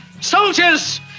Soldiers